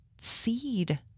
seed